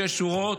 שש שורות,